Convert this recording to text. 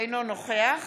אינו נוכח